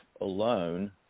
alone